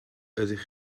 ydych